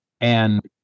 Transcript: And-